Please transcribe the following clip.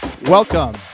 Welcome